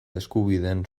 eskubideen